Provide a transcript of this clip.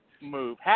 move